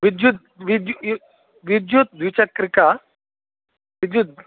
विद्युत् विद्युत्द्विचक्रिका विद्युत्